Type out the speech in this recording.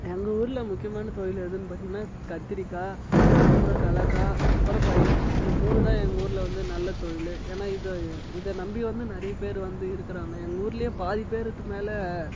எங்கள் ஊரில் முக்கியமான தொழில் எதுன்னு பார்த்தீங்கனா கத்திரிக்காய் அப்புறம் கடலக்கா அப்புறம் பயிர் இந்த மூணு தான் எங்கள் ஊரில் வந்து நல்ல தொழில் ஏன்னால் இது இதை நம்பி வந்து நிறைய பேர் வந்து இருக்கிறாங்க எங்கள் ஊரிலே பாதி பேருக்கு மேல்